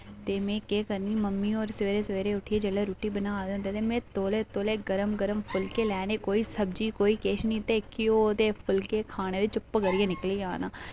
ते में केह् करनी मम्मी होर सवेरे सवेरे उठियै जेल्लै रुट्टी बना दे होंदे ते मैं तोले तोले गर्म गर्म फुल्के लैने कोई सब्जी कोई किश नि ते घ्यो ते फुल्के खाने ते चुप करियै निकली जाना